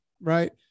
right